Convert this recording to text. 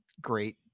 great